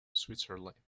switzerland